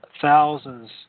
thousands